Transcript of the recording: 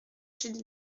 chély